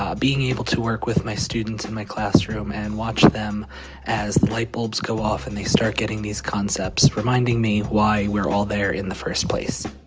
ah being able to work with my students in my classroom and watch them as the light bulbs go off, and they start getting these concepts, reminding me why we're all there in the first place